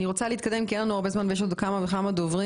אני רוצה להתקדם כי אין לנו הרבה זמן ויש עוד כמה וכמה דוברים.